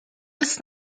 ist